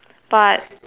but